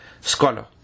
scholar